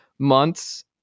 months